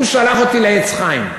הוא שלח אותי ל"עץ חיים".